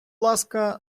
ласка